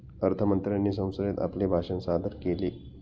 अर्थ मंत्र्यांनी संसदेत आपले भाषण सादर केले